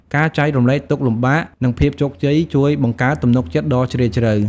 ការចែករំលែកទុក្ខលំបាក និងភាពជោគជ័យជួយបង្កើតទំនុកចិត្តដ៏ជ្រាលជ្រៅ។